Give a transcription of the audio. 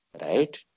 Right